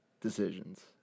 decisions